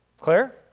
Claire